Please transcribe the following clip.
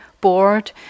board